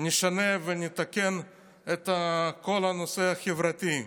נשנה ונתקן את כל הנושא החברתי.